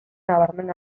nabarmen